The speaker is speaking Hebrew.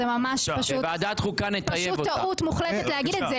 זה ממש פשוט טעות מוחלטת להגיד את זה.